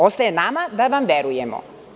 Ostaje nama da vam verujemo.